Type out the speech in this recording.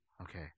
Okay